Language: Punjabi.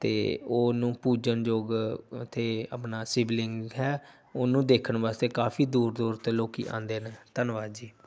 ਅਤੇ ਉਹ ਉਹਨੂੰ ਪੂਜਣਯੋਗ ਅਤੇ ਆਪਣਾ ਸ਼ਿਵਲਿੰਗ ਹੈ ਉਹਨੂੰ ਦੇਖਣ ਵਾਸਤੇ ਕਾਫ਼ੀ ਕਾਫ਼ੀ ਦੂਰ ਦੂਰ ਤੋਂ ਲੋਕ ਆਉਂਦੇ ਨੇ ਧੰਨਵਾਦ ਜੀ